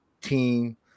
team